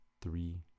three